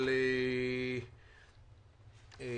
אבל אני